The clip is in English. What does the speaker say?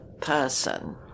person